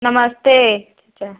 नमस्ते ठीक है